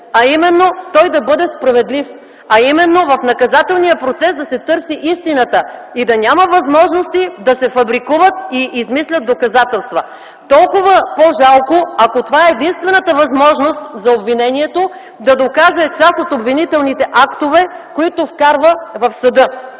а именно той да бъде справедлив. В наказателния процес да се търси истината и да няма възможности да се фабрикуват и измислят доказателства. Толкова по-жалко, ако това е единствената възможност за обвинението, за да докаже част от обвинителните актове, които вкарва в съда.